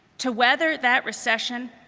to weather that recession,